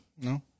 No